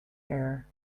air